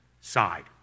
side